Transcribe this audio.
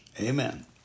Amen